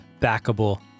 Backable